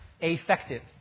effective